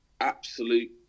absolute